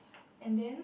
and then